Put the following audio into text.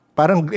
parang